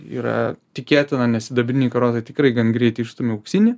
yra tikėtina nes sidabriniai karosai tikrai gan greit išstumia auksinį